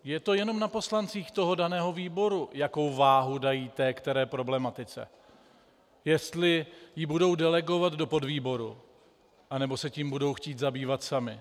Je to jenom na poslancích toho daného výboru, jakou váhu dají té které problematice, jestli ji budou delegovat do podvýboru, anebo se tím budou chtít zabývat sami.